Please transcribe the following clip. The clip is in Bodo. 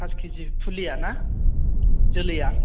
पास किजि फुलिया ना जोलैया